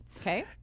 Okay